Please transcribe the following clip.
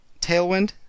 Tailwind